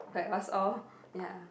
what's all ya